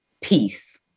peace